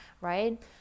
right